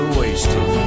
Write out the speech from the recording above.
wasted